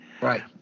Right